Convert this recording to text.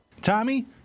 Tommy